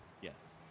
Yes